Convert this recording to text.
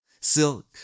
silk